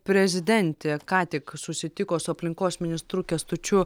prezidentė ką tik susitiko su aplinkos ministru kęstučiu